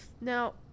Now